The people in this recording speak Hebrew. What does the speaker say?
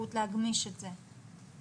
האפשרות להגמיש את זה.